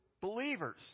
believers